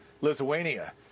Lithuania